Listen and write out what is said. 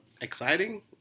exciting